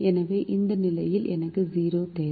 எனவே இந்த நிலையில் எனக்கு 0 தேவை